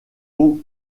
aux